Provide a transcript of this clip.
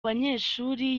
banyeshuri